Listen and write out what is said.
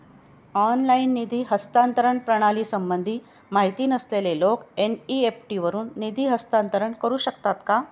Online निधी हस्तांतरण प्रणालीसंबंधी माहिती नसलेले लोक एन.इ.एफ.टी वरून निधी हस्तांतरण करू शकतात का?